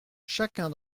chacun